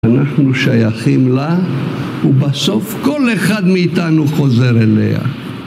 אנחנו שייכים לה, ובסוף כל אחד מאיתנו חוזר אליה.